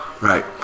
Right